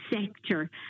sector